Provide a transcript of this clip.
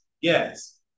Yes